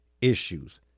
issues